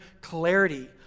clarity